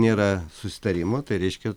nėra susitarimo tai reiškia